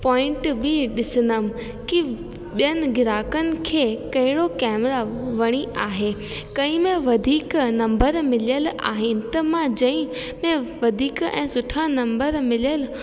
point बि ॾिसंदमि कि ॿियनि ग्राहकनि खे कहिड़ो कैमरा वणी आहे कई में वधीक नंबर मिलियल आहिनि त मां जंहिं में वधीक ऐं सुठा नंबर मिलियल